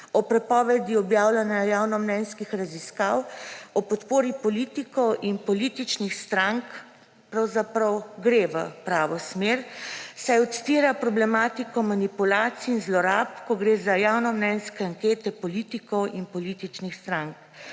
o prepovedi objavljanja javnomnenjskih raziskav o podpori politikom in političnim strankam pravzaprav gre v pravo smer, saj odstira problematiko manipulacij in zlorab, ko gre za javnomnenjske ankete politikov in političnih strah.